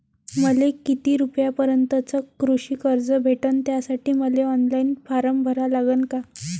मले किती रूपयापर्यंतचं कृषी कर्ज भेटन, त्यासाठी मले ऑनलाईन फारम भरा लागन का?